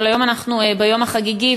אבל היום אנחנו ביום החגיגי,